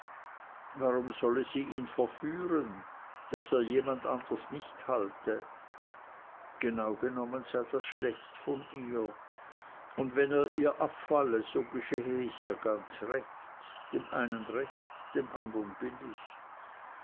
warum solle sie ihn verführen daß er jemand anders nicht halte genau genommen sei das schlecht von ihr und wenn er ihr abfalle so geschehe es ihr ganz recht dem einen recht dem andern billig